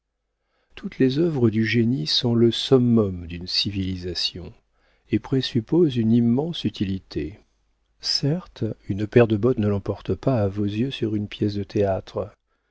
toutes les œuvres du génie sont le summum d'une civilisation et présupposent une immense utilité certes une paire de bottes ne l'emporte pas à vos yeux sur une pièce de théâtre